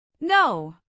No